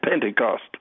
Pentecost